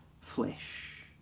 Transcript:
flesh